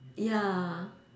ya